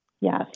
yes